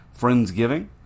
Friendsgiving